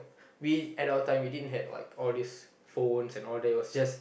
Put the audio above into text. we at our time we didn't had like all these phones and all that it was just